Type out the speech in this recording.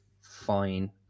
fine